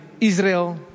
Israel